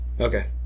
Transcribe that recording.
Okay